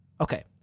Okay